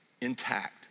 intact